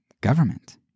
government